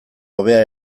hobea